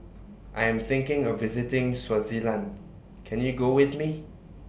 I Am thinking of visiting Swaziland Can YOU Go with Me